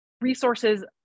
resources